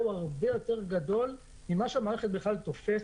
הוא הרבה יותר גדול ממה שהמערכת בכלל תופסת.